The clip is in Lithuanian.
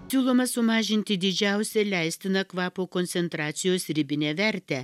siūloma sumažinti didžiausią leistiną kvapo koncentracijos ribinę vertę